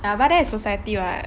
ya but that's society what